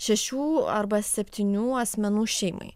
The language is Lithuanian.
šešių arba septynių asmenų šeimai